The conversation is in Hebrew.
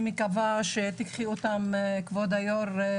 אני מקווה שכבוד היושבת ראש,